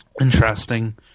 Interesting